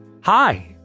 Hi